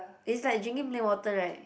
is like drinking plain water right